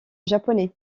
japonais